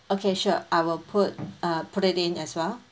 okay sure I will put uh put it in as well